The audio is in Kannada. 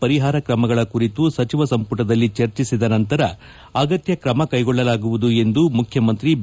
ಪರಿಹಾರ ಕ್ರಮಗಳ ಕುರಿತು ಸಚಿವ ಸಂಪುಟದ ಮುಂದೆ ಚರ್ಚಿಸಿದ ನಂತರ ಅಗತ್ತ್ ಕ್ರಮ ಕೈಕೊಳ್ಳಲಾಗುವುದು ಎಂದು ಮುಖ್ಯಮಂತ್ರಿ ಬಿ